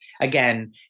again